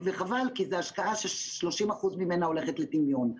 וחבל, כי זה השקעה ש-30% ממנה הולכת לטמיון.